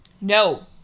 no